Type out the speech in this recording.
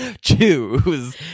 choose